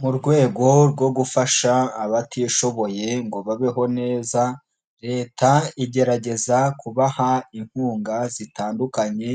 Mu rwego rwo gufasha abatishoboye ngo babeho neza, Leta igerageza kubaha inkunga zitandukanye,